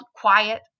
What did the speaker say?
quiet